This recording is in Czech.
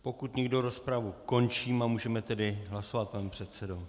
Pokud nikdo, rozpravu končím a můžeme tedy hlasovat, pane předsedo.